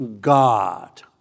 God